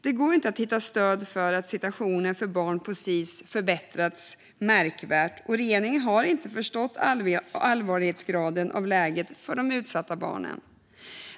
Det går inte att hitta stöd för att situationen för barn på Sis-hem har förbättrats märkbart, och regeringen och ledningen har inte förstått allvarlighetsgraden i läget för de utsatta barnen.